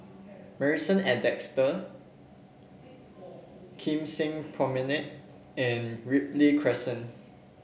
Marrison at Desker Kim Seng Promenade and Ripley Crescent